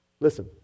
Listen